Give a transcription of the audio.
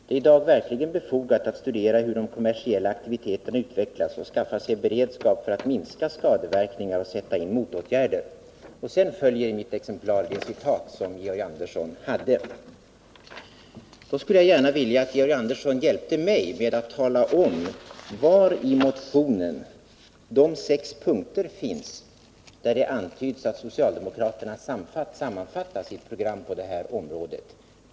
Det är idag verkligen befogat att studera hur de kommersiella aktiviteterna utvecklas och skaffa sig beredskap för att minska skadeverkningar och sätta in motåtgärder.” Sedan följer i mitt exemplar den text Georg Andersson citerade. Jag skulle gärna vilja att Georg Andersson hjälpte mig med att tala om var i motionen de sex punkter finns där det antyds att socialdemokraterna sammanfattar sitt program på detta område.